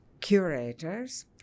curators